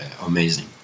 Amazing